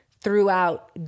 throughout